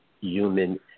human